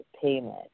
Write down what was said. payment